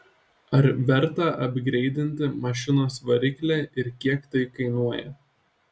ar verta apgreidinti mašinos variklį ir kiek tai kainuoja